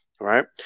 right